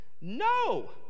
No